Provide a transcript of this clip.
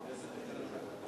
איזה תקנון?